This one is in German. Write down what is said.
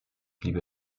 blieb